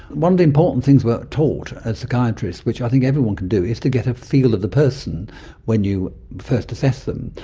one of the important things we are taught as psychiatrists which i think everyone can do is to get a feel of the person when you first assess them,